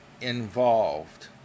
involved